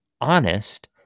honest